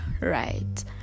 right